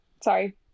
sorry